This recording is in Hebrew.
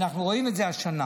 אנחנו רואים את זה השנה.